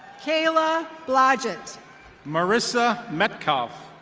kayla blodget marissa metcov.